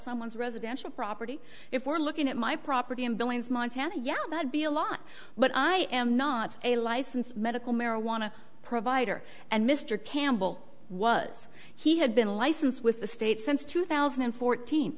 someone's residential property if we're looking at my property in billings montana yeah that would be a lot but i am not a licensed medical marijuana provider and mr campbell was he had been a license with the state since two thousand and fourteen